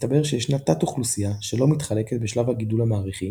הסתבר שישנה תת-אוכלוסייה שלא מתחלקת בשלב הגידול המעריכי,